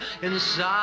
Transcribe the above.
inside